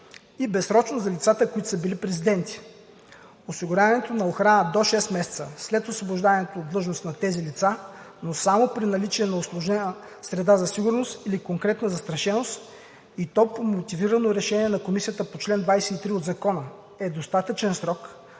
и безсрочно за лицата, които са били президенти. Осигуряването на охрана до 6 месеца след освобождаването от длъжност на тези лица, но само при наличие на усложнена среда за сигурност или конкретна застрашеност, и то по мотивирано решение на комисията по чл. 23 от Закона, е достатъчен срок,